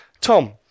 Tom